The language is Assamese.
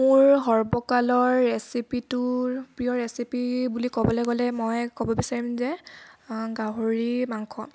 মোৰ সৰ্বকালৰ ৰেচিপিটোৰ প্ৰিয় ৰেচিপি বুলি ক'বলৈ গ'লে মই ক'ব বিচাৰিম যে গাহৰি মাংস